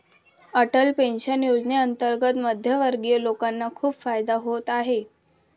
Atal pension योजनेअंतर्गत मध्यमवर्गीय लोकांना खूप फायदा होत आहे